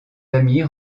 amis